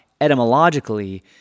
etymologically